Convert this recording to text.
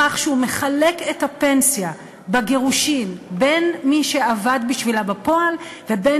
בכך שהוא מחלק את הפנסיה בגירושין בין מי שעבד בשבילה בפועל לבין